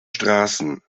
straßen